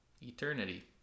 eternity